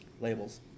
labels